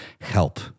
help